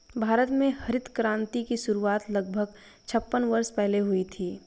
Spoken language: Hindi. भारत में हरित क्रांति की शुरुआत लगभग छप्पन वर्ष पहले हुई थी